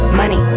money